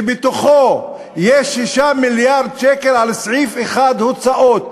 בתוכו יש 6 מיליארד שקל על סעיף אחד: הוצאות.